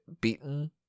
beaten